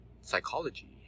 psychology